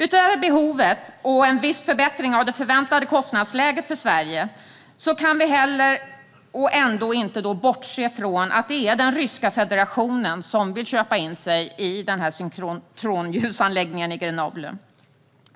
Utöver behovet och en viss förbättring av det förväntade kostnadsläget för Sverige kan vi ändå inte bortse från att det är Ryska federationen som vill köpa in sig i synkrotronljusanläggningen i Grenoble.